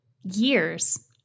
years